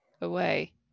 away